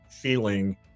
feeling